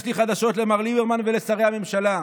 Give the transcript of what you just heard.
יש לי חדשות למר ליברמן ולשרי הממשלה: